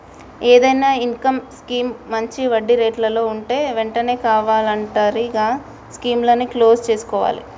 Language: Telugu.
ఏదైనా ఇన్కం స్కీమ్ మంచి వడ్డీరేట్లలో వుంటే వెంటనే వాలంటరీగా స్కీముని క్లోజ్ చేసుకోవాలే